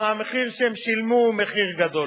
כי המחיר שהם שילמו הוא מחיר גדול.